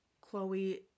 Chloe